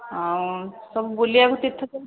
ସବୁ ବୁଲିବାକୁ ତୀର୍ଥ